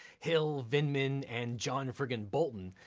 hill, vindman, and john friggin' bolton,